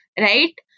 Right